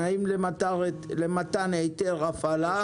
תנאים למתן היתר הפעלה.